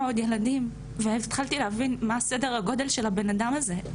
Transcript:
עוד ילדים ואז התחלתי להבין מה סדר הגודל של הבנאדם הזה,